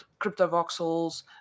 Cryptovoxels